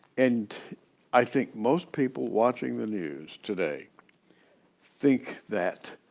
and i think most people watching the news today think that